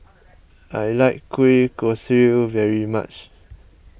I like Kueh Kosui very much